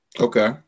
Okay